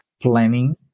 planning